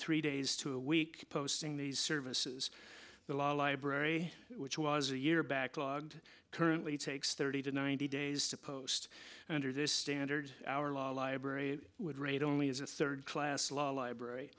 three days to a week posting these services the law library which was a year back log currently takes thirty to ninety days to post under this standard our law library would rate only as a third class law library